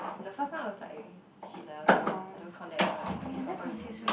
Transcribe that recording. the first time was like shit lah so I don't count that as a proper relationship